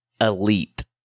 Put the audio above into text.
elite